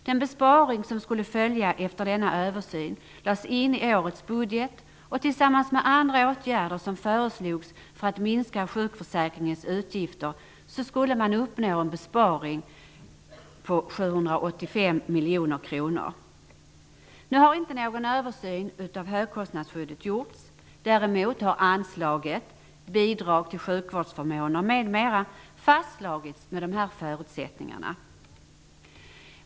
Den besparing som skulle följa efter denna översyn lades in i årets budget, och tillsammans med andra åtgärder som föreslogs för att minska utgifterna i sjukförsäkringen skulle en besparing uppnås på 785 miljoner kronor. Nu har inte någon översyn av högkostnadsskyddet gjorts. Däremot har anslaget, Bidrag till sjukvårdsförmåner m.m., fastslagits med dessa förutsättningar.